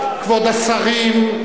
כבוד השרים,